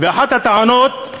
אחת הטענות של